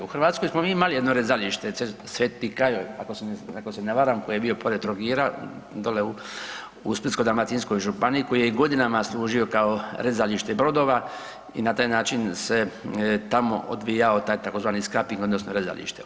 U Hrvatskoj smo mi imali jedno rezalište Sv. Kajo ako se ne varam koji je bio pored Trogira dole u Splitsko-dalmatinskoj županiji koji je godinama služio kao rezalište brodova i na taj način se tamo odvijao taj tzv. scraping odnosno rezalište.